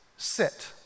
Sit